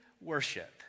worship